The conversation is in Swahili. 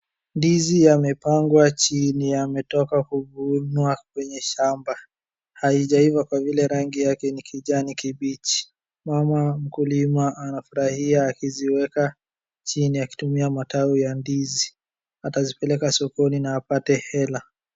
Ndizi yamepangwa chini, yametoka kuvunwa kwenye shamba. Haijaiva kwa vile rangi yake ni kijani kimbichi. Mama mkulima anafurahia akiziweka chini akitumia matawi ya ndizi, atazipeleka sokoni na apate hela.